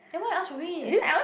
then you why ask for it